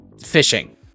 fishing